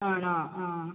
ആണോ ആ